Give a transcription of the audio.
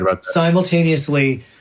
simultaneously